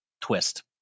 twist